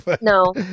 No